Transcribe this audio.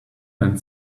when